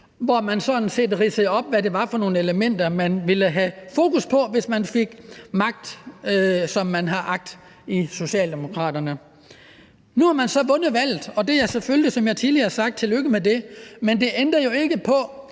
hvor man sådan set ridsede op, hvad det var for nogle elementer, man ville have fokus på, hvis man fik magt, som man har agt hos Socialdemokraterne. Nu har man så vundet valget, og som jeg tidligere har sagt: Tillykke med det! Men det ændrer jo ikke på,